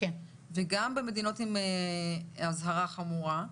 וגם במדינות עם אזהרה חמורה,